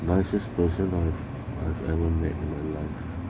nicest person I've I've ever met in my life